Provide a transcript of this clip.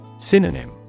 Synonym